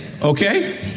Okay